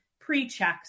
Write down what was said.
pre-checks